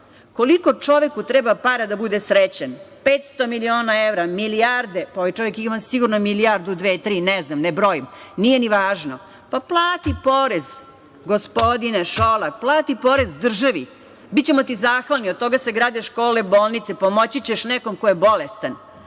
ostalo. Koliko čoveku treba para da bude srećan? Da li je to 500 miliona evra, milijarde? Ovaj čovek ima sigurno milijardu, dve, tri, ne znam, ne brojim. Nije ni važno. Plati porez, gospodine Šolak, plati državi, bićemo ti zahvalni, od toga se grade bolnice, škole, pomoći ćeš nekom ko je bolestan.